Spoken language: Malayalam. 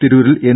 തിരൂരിൽ എൻ